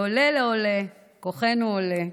מעולה לעולה כוחנו עולה.